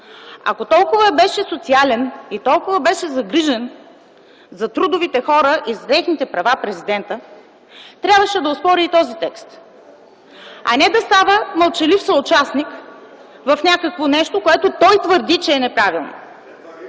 беше толкова социален и толкова загрижен за трудовите хора и за техните права, трябваше да оспори и този текст, а не да става мълчалив съучастник в нещо, което той твърди, че е неправилно.